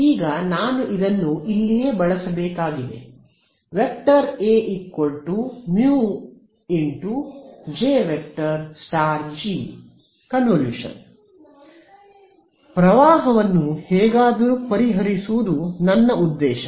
ಈಗ ನಾನು ಇದನ್ನು ಇಲ್ಲಿಯೇ ಬಳಸಬೇಕಾಗಿದೆ ⃗A μ⃗J ∗ G ಪ್ರವಾಹವನ್ನು ಹೇಗಾದರೂ ಪರಿಹರಿಸುವುದು ನನ್ನ ಉದ್ದೇಶ